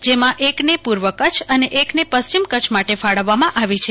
જેમાં એકને પૂર્વ કચ્છ અને એકને પશ્ચિમ કચ્છ માટે ફાળવવામાં આવી છે